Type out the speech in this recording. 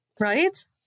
Right